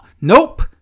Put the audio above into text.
Nope